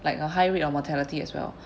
like a high rate of mortality as well